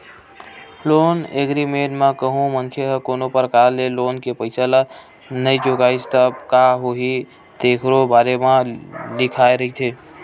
loan agreement म कहूँ मनखे ह कोनो परकार ले लोन के पइसा ल नइ चुकाइस तब का होही तेखरो बारे म लिखाए रहिथे